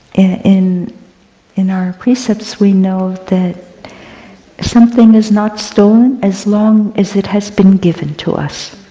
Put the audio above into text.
in in our precepts we know that something is not stolen as long as it has been given to us.